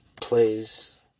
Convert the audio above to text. plays